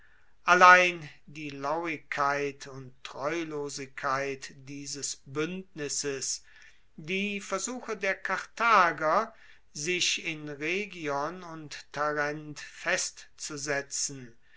allein die lauigkeit und treulosigkeit dieses buendnisses die versuche der karthager sich in rhegion und tarent festzusetzen